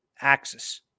Axis